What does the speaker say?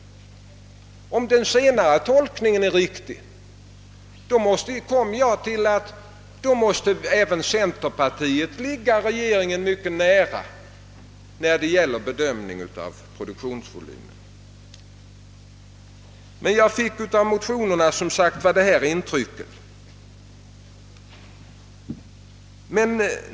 Om den senare tolkningen är riktig, kommer jag fram till att i så fall även centerpartiets ståndpunkt står regeringens mycket nära i fråga om bedömningen av produktionsvolymen. Jag fick som sagt detta intryck av motionerna.